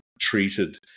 treated